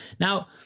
Now